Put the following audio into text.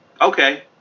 Okay